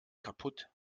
kaputt